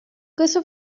questo